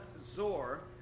Zor